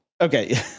Okay